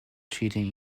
cheating